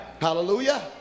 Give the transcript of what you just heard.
Hallelujah